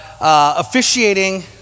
officiating